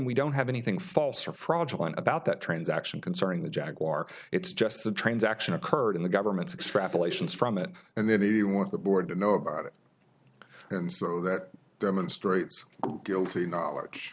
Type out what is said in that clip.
we don't have anything false or fraudulent about that transaction concerning the jaguar it's just the transaction occurred in the government's extrapolations from it and then they want the board to know about it and so that demonstrates guilty knowledge